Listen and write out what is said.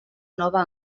nova